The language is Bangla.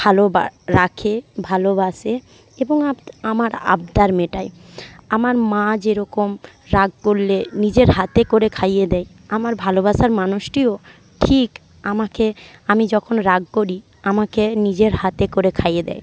ভালো রাখে ভালোবাসে এবং আমার আবদার মেটায় আমার মা যেরকম রাগ করলে নিজের হাতে করে খাইয়ে দেয় আমার ভালোবাসার মানুষটিও ঠিক আমাকে আমি যখন রাগ করি আমাকে নিজের হাতে করে খাইয়ে দেয়